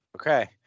okay